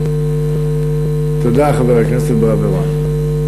תודה, חבר הכנסת ברוורמן.